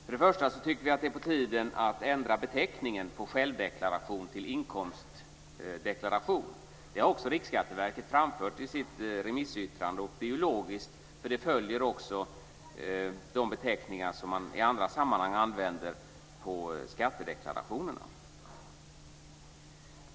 Först och främst tycker vi att det är på tiden att ändra beteckningen på självdeklaration till inkomstdeklaration. Det har också Riksskatteverket framfört i sitt remissyttrande. Det är logiskt, för det följer också de beteckningar som man använder i andra sammanhang på skattedeklarationerna.